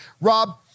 Rob